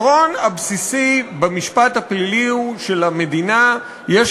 העיקרון הבסיסי במשפט הפלילי הוא שלמדינה יש